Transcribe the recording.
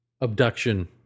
Abduction